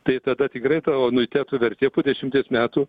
tai tada tikrai to anuiteto vertė po dešimties metų